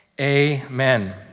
amen